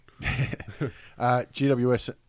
GWS